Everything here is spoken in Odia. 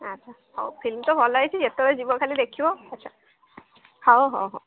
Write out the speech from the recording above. ଆଚ୍ଛା ହଉ ଫିଲ୍ମ ତ ଭଲ ହେଇଛି ଯେତେବେଳେ ଯିବ ଖାଲି ଦେଖିବ ଆଚ୍ଛା ହଉ ହଉ ହଉ